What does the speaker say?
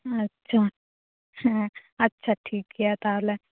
ᱟᱪᱪᱷᱟ ᱦᱮᱸ ᱟᱪᱪᱷᱟ ᱴᱷᱤᱠ ᱜᱮᱭᱟ ᱛᱟᱦᱚᱞᱮ